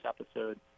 episode